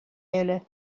eile